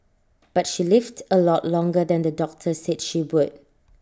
but she lived A lot longer than the doctor said she would